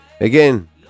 again